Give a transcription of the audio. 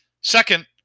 Second